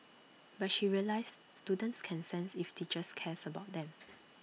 but she realised students can sense if teachers cares about them